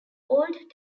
old